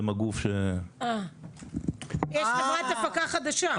והם הגוף --- יש חברת הפקה חדשה.